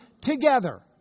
together